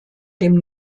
dem